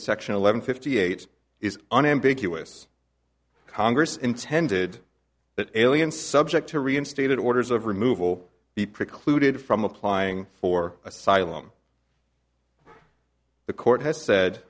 section eleven fifty eight is an ambiguous congress intended that aliens subject to reinstated orders of removal be precluded from applying for asylum the court has said